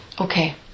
Okay